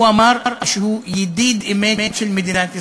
הוא אמר שהוא ידיד אמת של מדינת ישראל.